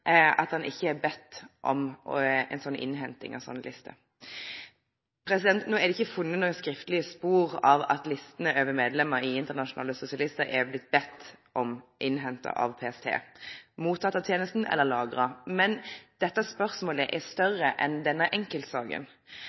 at han ikke har bedt om innhenting av sånne lister. Nå er det ikke funnet noen skriftlige spor av at listene over medlemmer i Internasjonale Sosialister er bedt innhentet av PST, mottatt av tjenesten eller lagret. Men dette spørsmålet er større enn denne enkeltsaken.